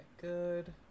good